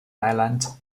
island